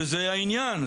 וזה העניין,